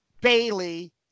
Bailey